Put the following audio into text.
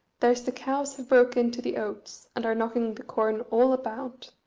there's the cows have broke into the oats, and are knocking the corn all about.